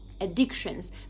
addictions